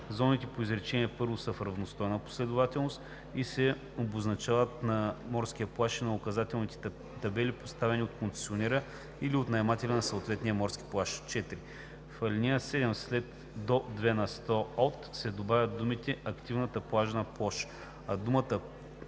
Зоните по изречение първо са в равностойна последователност и се обозначават на морския плаж и на указателните табели, поставяни от концесионера или от наемателя на съответния морски плаж.“ 4. В ал. 7 след „до 2 на сто от“ се добавя думите „активната плажна площ“,